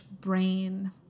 brain